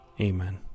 Amen